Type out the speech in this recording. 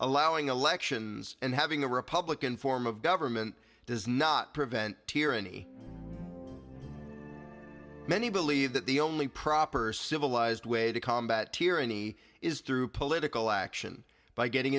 allowing elections and having a republican form of government does not prevent tyranny many believe that the only proper civilized way to combat tyranny is through political action by getting